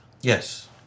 Yes